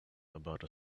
about